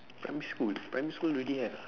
primary school primary school already have